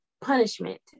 punishment